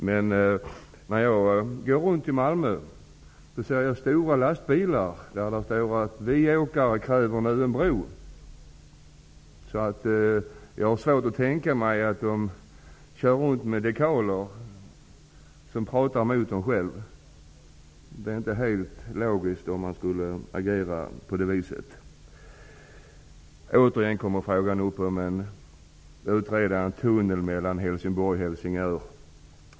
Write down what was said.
Men när jag går runt i Malmö kan jag se stora lastbilar där det står skrivet: ''Vi åkare kräver en bro!'' Jag har svårt att tänka mig att de kör runt med dekaler som pratar mot dem själva. Det är inte helt logiskt att agera så. Återigen har frågan kommit upp om att utreda huruvida det skall vara en tunnel mellan Helsingborg och Helsingör.